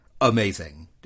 Amazing